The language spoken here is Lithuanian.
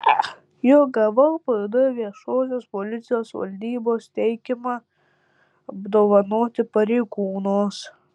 juk gavau pd viešosios policijos valdybos teikimą apdovanoti pareigūnus